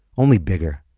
only bigger.